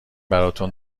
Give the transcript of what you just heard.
براتون